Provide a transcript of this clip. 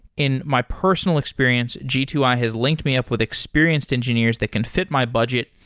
in my personal experience, g two i has linked me up with experienced engineers that can fit my budget,